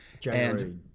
January